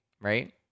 Right